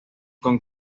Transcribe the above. con